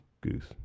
goose